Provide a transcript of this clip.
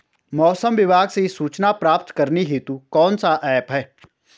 मौसम विभाग से सूचना प्राप्त करने हेतु कौन सा ऐप है?